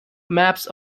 maps